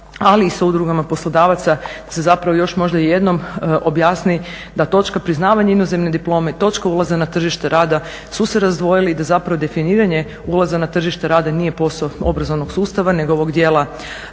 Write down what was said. ali i s udrugama poslodavaca se možda još jednom objasni da točka priznavanja inozemne diplome i točka ulaza na tržište rada su se razdvojili i da definiranje ulaza na tržište rada nije posao obrazovnog sustava nego ovog dijela